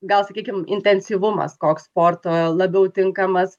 gal sakykim intensyvumas koks sporto labiau tinkamas